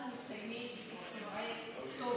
אנחנו רק מדברים על זה,